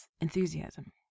enthusiasm